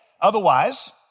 Otherwise